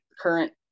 current